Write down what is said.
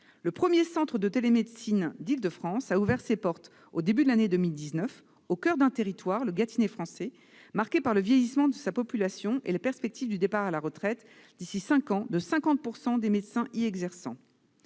Le premier centre de télémédecine d'Île-de-France y a ouvert ses portes au début de l'année 2019, au coeur d'un territoire- le Gâtinais français -marqué par le vieillissement de sa population et la perspective du départ à la retraite, d'ici à cinq ans, de 50 % des médecins y exerçant.